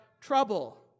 trouble